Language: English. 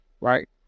right